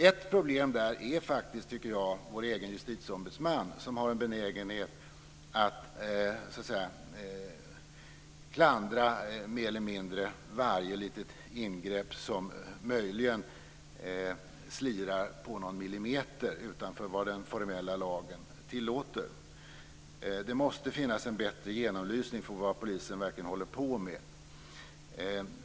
Ett problem är faktiskt, tycker jag, vår egen justitieombudsman, som har en benägenhet att mer eller mindre klandra varje litet ingrepp som möjligen slirar på någon millimeter utanför vad den formella lagen tillåter. Det måste finnas en bättre genomlysning av vad polisen verkligen håller på med.